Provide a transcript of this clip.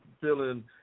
feeling